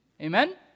Amen